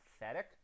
pathetic